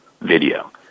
video